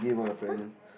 !huh!